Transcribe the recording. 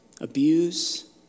abuse